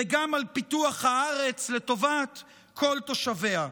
וגם על פיתוח הארץ לטובת כל תושביה.